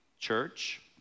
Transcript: church